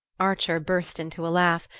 archer burst into a laugh,